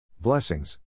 Blessings